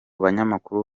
banyamakuru